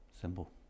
Simple